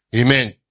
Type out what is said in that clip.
Amen